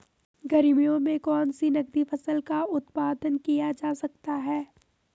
गर्मियों में कौन सी नगदी फसल का उत्पादन किया जा सकता है?